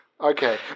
Okay